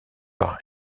par